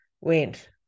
went